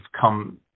come